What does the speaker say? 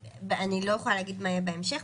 אני לא יכולה להגיד מה יהיה בהמשך.